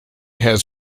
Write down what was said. has